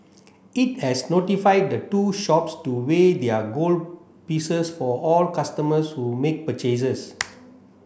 it has notified the two shops to weigh their gold pieces for all customers who make purchases